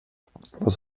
vad